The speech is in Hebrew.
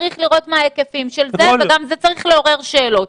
צריך לראות מה ההיקפים של זה וזה צריך לעורר שאלות.